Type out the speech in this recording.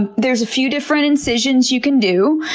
and there's a few different incisions you can do.